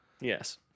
Yes